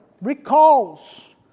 recalls